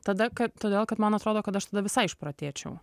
tada kad todėl kad man atrodo kad aš tada visai išprotėčiau